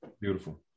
Beautiful